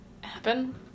happen